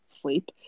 sleep